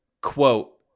quote